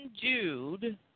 Jude